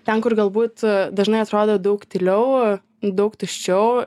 ten kur galbūt dažnai atrodo daug tyliau daug tuščiau